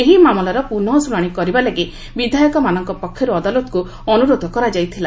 ଏହି ମାମାଲାର ପୁନଃ ଶୁଣାଣି କରିବା ଲାଗି ବିଧାୟକମାନଙ୍କ ପକ୍ଷରୁ ଅଦାଲତକୁ ଅନୁରୋଧ କରାଯାଇଥିଲା